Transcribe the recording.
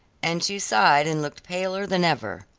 and she sighed and looked paler than ever.